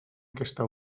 aquesta